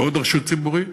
ועוד רשות ציבורית,